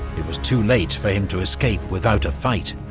it was too late for him to escape without a fight.